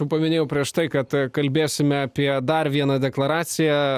paminėjau prieš tai kad kalbėsime apie dar vieną deklaraciją